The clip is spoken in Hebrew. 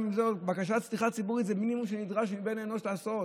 בקשת סליחה ציבורית זה המינימום שנדרש מבן אנוש לעשות.